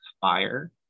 fire